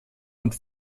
und